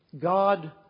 God